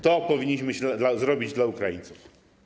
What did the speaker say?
To powinniśmy zrobić dla Ukraińców.